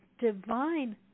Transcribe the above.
divine